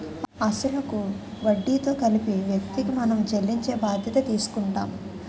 అసలు కు వడ్డీతో కలిపి వ్యక్తికి మనం చెల్లించే బాధ్యత తీసుకుంటాం